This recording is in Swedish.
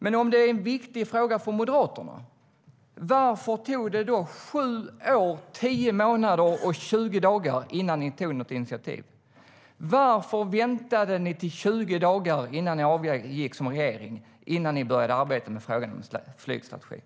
Men om det är en viktig fråga för Moderaterna, varför tog det 7 år, 10 månader och 20 dagar innan ni tog något initiativ? Varför väntade ni till 20 dagar innan ni avgick som regering innan ni började arbeta med frågan om en flygstrategi?